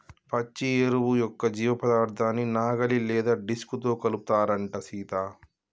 పచ్చి ఎరువు యొక్క జీవపదార్థాన్ని నాగలి లేదా డిస్క్ తో కలుపుతారంటం సీత